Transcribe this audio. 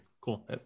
cool